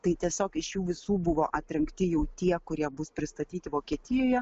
tai tiesiog iš visų buvo atrinkti jau tie kurie bus pristatyti vokietijoje